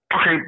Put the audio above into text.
Okay